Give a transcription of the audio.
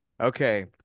Okay